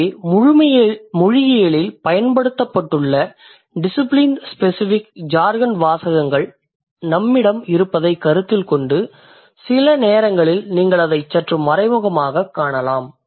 எனவே மொழியியலில் பயன்படுத்தப்பட்டுள்ள டிசிபிலின் ஸ்பெசிபிஃப்க் ஜார்கன் வாசகங்கள் நம்மிடம் இருப்பதைக் கருத்தில் கொண்டு சில நேரங்களில் நீங்கள் அதைச் சற்று மறைமுகமாகக் காணலாம்